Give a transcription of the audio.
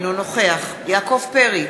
אינו נוכח יעקב פרי,